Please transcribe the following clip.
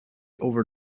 over